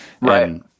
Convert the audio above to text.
Right